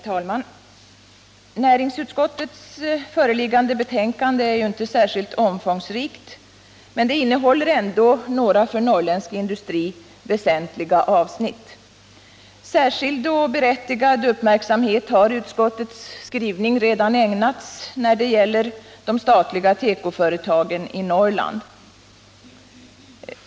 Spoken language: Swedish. Herr talman! Näringsutskottets föreliggande betänkande är ju inte särskilt omfångsrikt, men det innehåller ändå några för norrländsk industri väsentliga avsnitt. Särskild och berättigad uppmärksamhet har utskottets skrivning redan ägnats när det gäller de statliga tekoföretagen i Norrland.